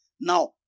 Now